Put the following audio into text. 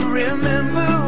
remember